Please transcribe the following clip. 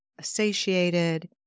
satiated